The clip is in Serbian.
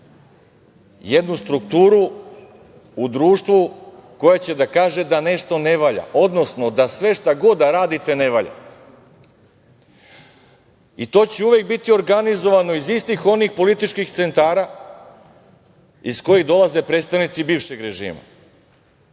jednu strukturu u društvu koja će da kaže da nešto ne valja, odnosno da sve šta god da radite ne valja. To će uvek biti organizovano iz istih onih političkih centara iz kojih dolaze predstavnici bivšeg režima. Da